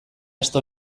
aste